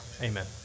Amen